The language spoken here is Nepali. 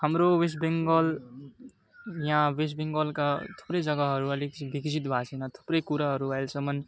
हाम्रो वेस्ट बङ्गाल यहाँ वेस्ट बङ्गालका थुप्रै जग्गाहरू अलिक विकसित भएको छैन थुप्रै कुराहरू आहिलेसम्म